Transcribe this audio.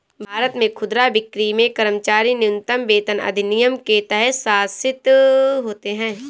भारत में खुदरा बिक्री में कर्मचारी न्यूनतम वेतन अधिनियम के तहत शासित होते है